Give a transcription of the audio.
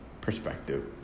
perspective